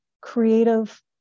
creative